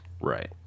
right